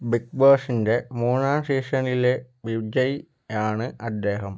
big ബോസിൻ്റെ മൂന്നാം സീസണിലെ വിജയിയാണ് അദ്ദേഹം